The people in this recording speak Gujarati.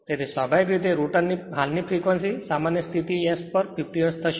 તેથી સ્વાભાવિક રીતે રોટર ફ્રેક્વન્સી હાલ ની ફ્રેક્વન્સી સામાન્ય સ્થિતિ S પર 50 હર્ટ્ઝ થશે